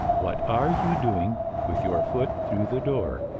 what are you doing with your foot through the door?